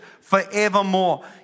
forevermore